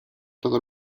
todo